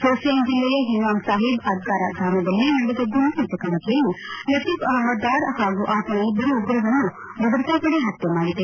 ಸೋಫಿಯಾನ್ ಜಿಲ್ಲೆಯ ಹಿಮಾಮ್ ಸಾಹಿಬ್ ಅದ್ಧಾರಾ ಗ್ರಾಮದಲ್ಲಿ ನಡೆದ ಗುಂಡಿನ ಚಕಮಕಿಯಲ್ಲಿ ಲತೀಫ್ ಅಹಮ್ದ್ದಾರ್ ಹಾಗೂ ಆತನ ಇಬ್ಬರು ಉಗ್ರರನ್ನು ಭದ್ರತಾಪಡೆ ಹತ್ಯೆ ಮಾಡಿದೆ